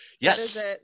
Yes